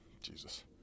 Jesus